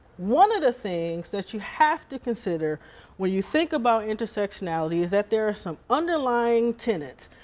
one of the things that you have to consider when you think about intersectionality is that there are some underlying tenants.